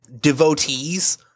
devotees